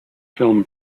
film